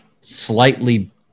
slightly